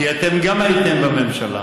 כי גם אתם הייתם בממשלה.